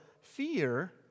fear